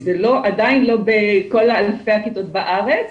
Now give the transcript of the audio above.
זה עדיין לא בכל אלפי הכיתות בארץ,